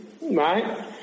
Right